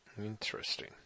Interesting